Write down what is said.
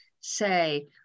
say